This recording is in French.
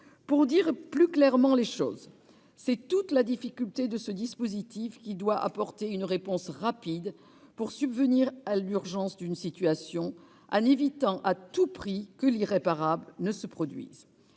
Pour dire clairement les choses, c'est toute la difficulté de ce dispositif qui doit apporter une réponse rapide pour faire face à l'urgence d'une situation, en évitant à tout prix que l'irréparable ne se produise.